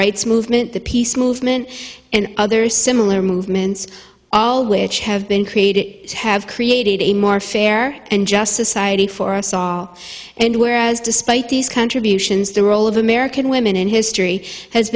rights movement the peace movement and other similar movements all of which have been created have created a more fair and just society for us all and whereas despite these contributions the role of american women in history has